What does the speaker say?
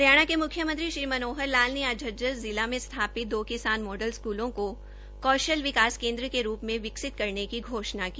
हरियाणा के मुख्यमंत्री श्री मनोहर लाल ने आज झज्जर जिला में स्थापित दो किसान मॉडल स्कूलों को कौशल विकास केंद्र के रूप में विकसित करने की घोषणा की